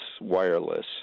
wireless